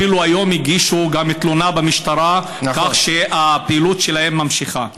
היום אפילו הגישו תלונה במשטרה על כך שהפעילות שלהם נמשכת.